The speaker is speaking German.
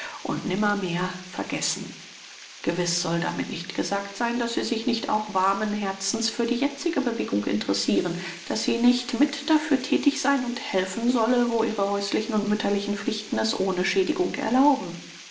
und nimmermehr vergessen gewiß soll damit nicht gesagt sein daß sie sich nicht auch warmen herzens für die jetzige bewegung interessiren daß sie nicht mit dafür thätig sein und helfen solle wo ihre häuslichen und mütterlichen pflichten es ohne schädigung erlauben